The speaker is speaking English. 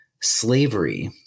slavery